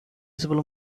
visible